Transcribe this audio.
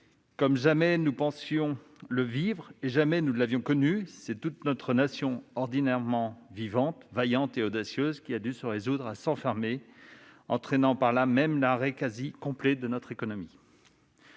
que jamais nous n'aurions pensé vivre une telle situation, jusque-là inédite, c'est toute notre nation, ordinairement vivante, vaillante et audacieuse qui a dû se résoudre à s'enfermer, entraînant par là même l'arrêt quasi complet de notre économie.